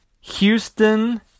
Houston